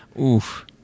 Oof